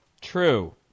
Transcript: True